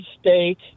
State